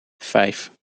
vijf